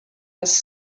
was